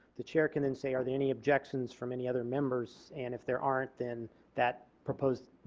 the chair can then say are there any objections from any other members and if there aren't then that propose,